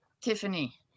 Tiffany